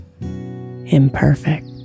imperfect